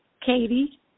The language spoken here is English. Katie